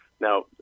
Now